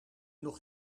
nog